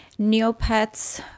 Neopets